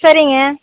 சரிங்க